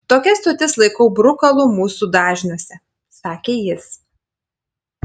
tokias stotis laikau brukalu mūsų dažniuose sakė jis